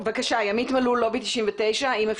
עורכת הדין ימית מלול מלובי 99. את